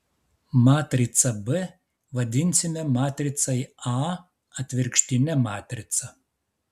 matricą b vadinsime matricai a atvirkštine matrica